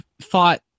thought